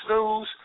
News